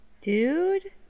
Dude